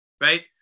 right